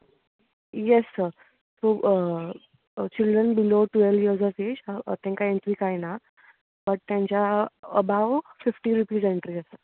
yes sir so children below twelve year of age तेंकां entry कांय ना but ताच्या अबाव फिफटी रुपीज एण्ट्री आसा